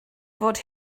fod